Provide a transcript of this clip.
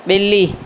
बि॒ली